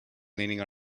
leaning